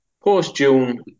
post-June